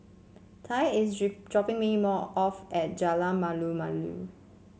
Tye is dropping me off at Jalan Malu Malu